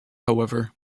however